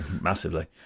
Massively